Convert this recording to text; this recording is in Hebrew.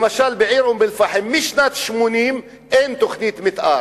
למשל בעיר אום-אל-פחם משנת 1980 אין תוכנית מיתאר.